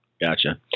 Gotcha